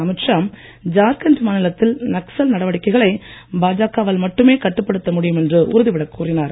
அமீத்ஷா ஜார்க்கண்ட் மாநிலத்தில் நக்சல் நடவடிக்கைகளை பாஜக வால் மட்டுமே கட்டுப்படுத்தப்படும் என்று உறுதிபடக் கூறினார்